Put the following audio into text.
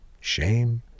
shame